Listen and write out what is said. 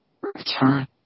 return